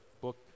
book